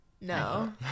No